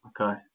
okay